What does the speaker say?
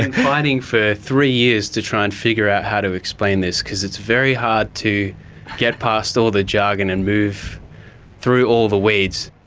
fighting for three years to try to and figure out how to explain this because it's very hard to get past all the jargon and move through all the weeds.